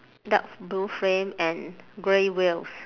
dark blue frame and grey wheels